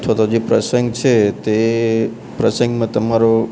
અથવા તો જે પ્રસંગ છે તે પ્રસંગમાં તમારો